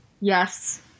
Yes